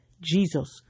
Jesus